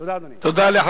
תודה, אדוני.